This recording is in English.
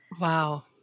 Wow